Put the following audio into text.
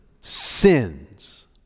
sins